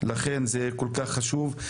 לכן זה כל כך חשוב.